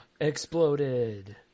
Exploded